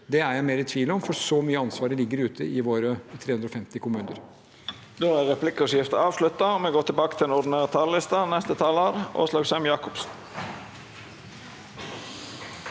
er jeg mer i tvil om, for så mye av ansvaret ligger ute i våre 350 kommuner.